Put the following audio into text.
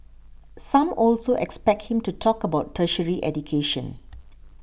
some also expect him to talk about tertiary education